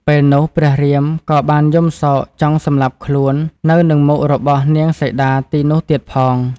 ពេលនោះ ព្រះរាមក៏បានយំសោកចង់សម្លាប់ខ្លួននៅនឹងមុខរបស់នាងសីតាទីនោះទៀតផង។